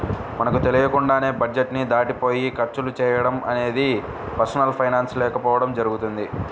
మనకు తెలియకుండానే బడ్జెట్ ని దాటిపోయి ఖర్చులు చేయడం అనేది పర్సనల్ ఫైనాన్స్ లేకపోవడం జరుగుతుంది